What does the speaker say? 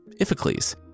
Iphicles